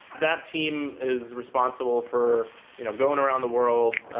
that team is responsible for you know going around the world,